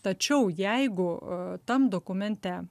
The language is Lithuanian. tačiau jeigu tam dokumente